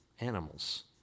animals